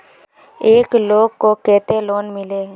एक लोग को केते लोन मिले है?